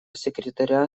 секретаря